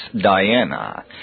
Diana